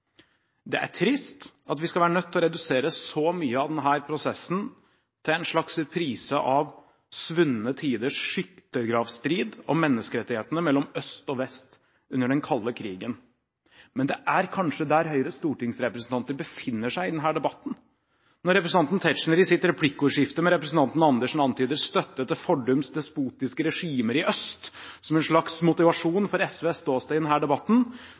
Det er trist at vi skal være nødt til å redusere så mye av denne prosessen til en slags reprise av svunne tiders skyttergravstrid om menneskerettighetene mellom øst og vest, under den kalde krigen, men det er kanskje her Høyres stortingsrepresentanter befinner seg i denne debatten. Når representanten Tetzschner i sitt replikkordskifte med representanten Andersen antyder støtte til fordums despotiske regimer i øst som en slags motivasjon for SVs ståsted i denne debatten,